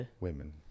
women